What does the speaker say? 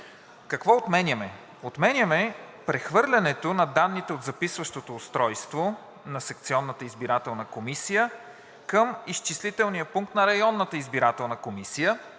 Какво отменяме? Отменяме прехвърлянето на данните от записващото устройство на секционната избирателна комисия към изчислителния пункт на районната избирателна комисия.